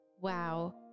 Wow